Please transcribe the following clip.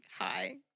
hi